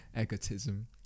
Egotism